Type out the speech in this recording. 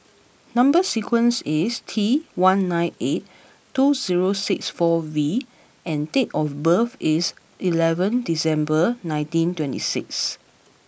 number sequence is T one nine eight two zero six four V and date of birth is eleventh December nineteen twenty six